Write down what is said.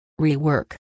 Rework